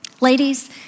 Ladies